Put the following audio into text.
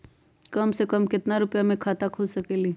कम से कम केतना रुपया में खाता खुल सकेली?